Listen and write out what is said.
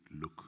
look